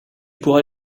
pourras